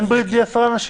אין בלי 10 אנשים